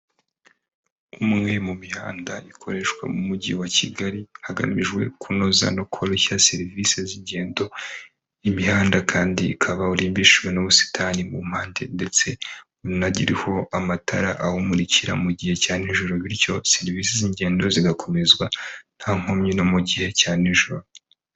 Umwe mu mihanda ikoreshwa mu mujyi wa Kigali hagamijwe kunoza no koroshya serivisi z'ingendo, umuhanda kandi ukaba urimbishijwe n'ubusitani mu mpande ndetse unagiye uriho amatara awumurikira mu gihe cya nijoro bityo serivisi z'ingendo zigakomezwa nta nkomyi no mu gihe cya nijoro.